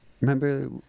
Remember